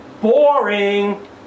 Boring